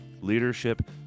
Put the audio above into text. leadership